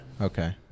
Okay